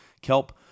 kelp